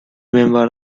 member